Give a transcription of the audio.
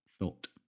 thought